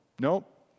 Nope